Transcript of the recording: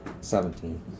Seventeen